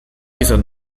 izan